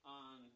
on